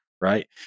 right